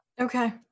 Okay